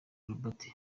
robert